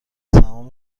سهام